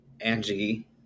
Angie